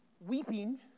weeping